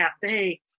Cafe